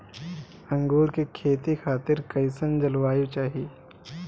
अंगूर के खेती खातिर कइसन जलवायु चाही?